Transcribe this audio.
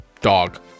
Dog